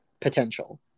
potential